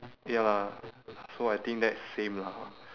ya lah so I think that's same lah